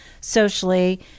socially